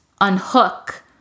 unhook